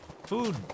Food